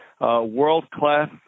world-class